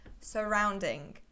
surrounding